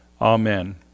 Amen